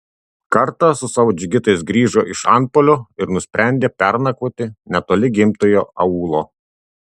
kartą su savo džigitais grįžo iš antpuolio ir nusprendė pernakvoti netoli gimtojo aūlo